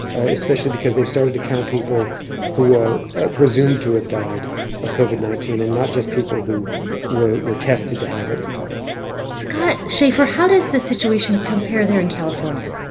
especially because they've started to count people who are ah presumed to have died of covid nineteen and not just people who were were tested to have it and died scott shafer, how does the situation compare there in california?